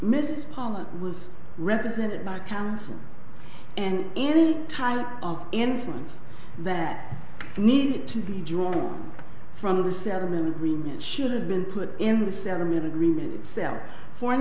mrs pollock was represented by counsel and any type of influence that needed to be drawn from the settlement agreement should have been put in the settlement agreement itself for